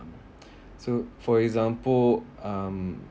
so for example um